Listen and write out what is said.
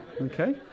Okay